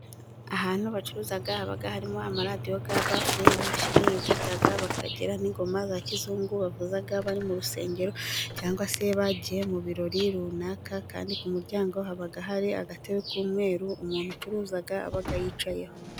Ahantu bacururiza haba harimo; amaradiyo ya bafure, imashini idoda, bakagira n' ingoma za kizungu bavuza, bari mu rusengero cyangwa se bagiye mu birori runaka, kandi ku muryango haba hari agatebe k' umweru, umuntu ucuruza aba yicayeho.